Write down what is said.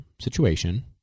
situation